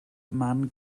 man